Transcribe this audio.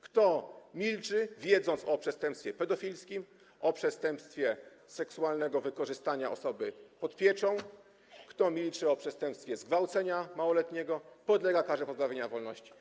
Kto milczy, wiedząc o przestępstwie pedofilskim, o przestępstwie seksualnego wykorzystania osoby pozostającej pod pieczą, kto milczy, wiedząc o przestępstwie zgwałcenia małoletniego, podlega karze pozbawienia wolności.